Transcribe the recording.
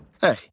hey